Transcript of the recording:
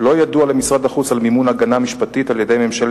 על סמך